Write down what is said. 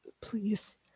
please